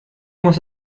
muss